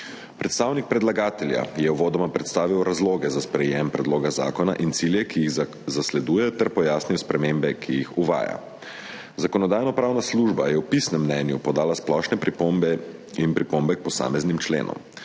Predstavnik predlagatelja je uvodoma predstavil razloge za sprejetje predloga zakona in cilje, ki jih zasleduje, ter pojasnil spremembe, ki jih uvaja. Zakonodajno-pravna služba je v pisnem mnenju podala splošne pripombe in pripombe k posameznim členom.